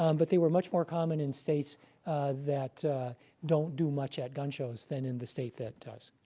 um but they were much more common in states that don't do much at gun shows than in the state that does.